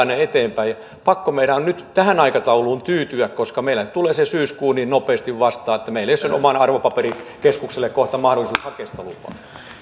ne eteenpäin niin pakko meidän on nyt tähän aikatauluun tyytyä koska syyskuu tulee niin nopeasti vastaan että meillä ei ole sille omalle arvopaperikeskukselle kohta mahdollisuutta hakea lupaa